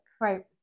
Right